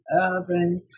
urban